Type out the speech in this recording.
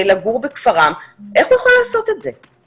לגור בכפרם, איך הוא יכול לעשות את זה למעשה?